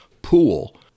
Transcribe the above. pool